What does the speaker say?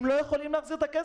הם לא יכולים להחזיר את הכסף.